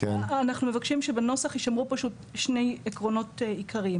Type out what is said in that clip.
אנחנו מבקשים שבנוסח יישמרו פשוט שני עקרונות עיקריים.